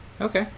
okay